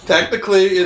Technically